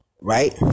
right